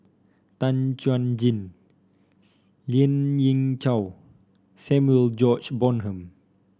Tan Chuan Jin Lien Ying Chow Samuel George Bonham